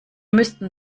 müssten